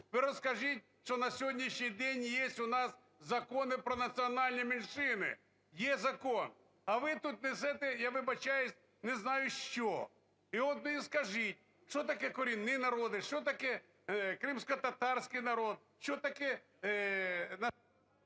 Ви розкажіть, що на сьогоднішній день є у нас закони про національні меншини, є закон, а ви тут несете, я вибачаюсь, не знаю, що. І от ви і скажіть що таке "корінні народи", що таке "кримськотатарський народ", що таке…